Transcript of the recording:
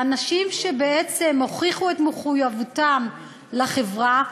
ואנשים שבעצם הוכיחו את מחויבותם לחברה,